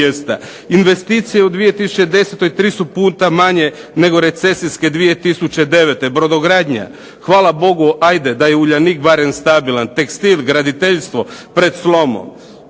Investicije u 2010. 3 su puta manje nego recesijske 2009. Brodogradnja, hvala Bogu ajde da je "Uljanik" barem stabilan. Tekstil, graditeljstvo pred slomom.